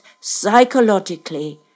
psychologically